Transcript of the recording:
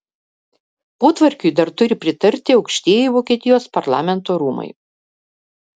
potvarkiui dar turi pritarti aukštieji vokietijos parlamento rūmai